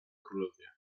królowie